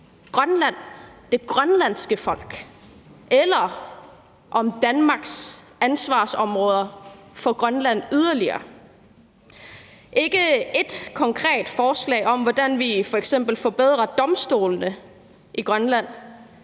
det grønlandske folk eller om Danmarks ansvarsområder for Grønland. Der er ikke ét konkret forslag om, hvordan vi f.eks. forbedrer domstolene i Grønland